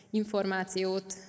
információt